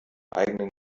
eigenen